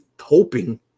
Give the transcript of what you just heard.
hoping